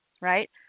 right